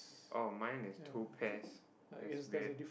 oh mine is two pairs that's weird